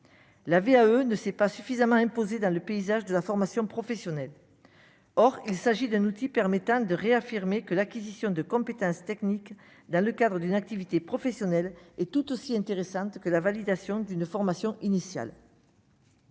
la VAE ne s'est pas suffisamment imposées dans le paysage de la formation professionnelle, or il s'agit d'un outil permettant de réaffirmer que l'acquisition de compétences techniques, dans le cadre d'une activité professionnelle et tout aussi intéressante que la validation d'une formation initiale.